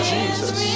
Jesus